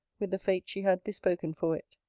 with the fate she had bespoken for it.